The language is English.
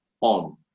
On